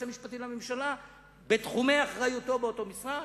המשפטי לממשלה בתחומי אחריותו באותו משרד?